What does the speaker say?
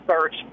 search